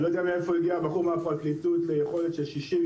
אני לא יודע מאיפה הגיע הבחור של הפרקליטות ליכולת של 60,